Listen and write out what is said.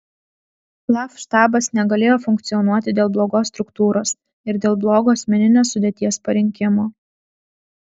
laf štabas negalėjo funkcionuoti dėl blogos struktūros ir dėl blogo asmeninės sudėties parinkimo